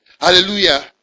Hallelujah